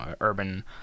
urban